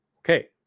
Okay